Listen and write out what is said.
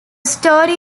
story